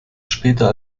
später